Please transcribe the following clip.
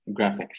graphics